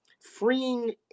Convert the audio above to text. freeing